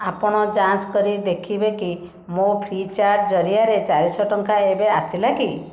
ଆପଣ ଯାଞ୍ଚ କରି ଦେଖିବେକି ମୋ ଫ୍ରିଚାର୍ଜ୍ ଜରିଆରେ ଚାରିଶହ ଟଙ୍କା ଏବେ ଆସିଲା କି